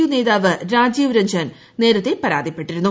U നേതാവ് രാജീവ് രൺജൻ നേരത്തെ പരാതിപ്പെട്ടിരുന്നു